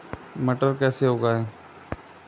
मटर कैसे उगाएं?